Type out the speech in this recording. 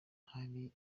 hari